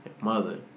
Mother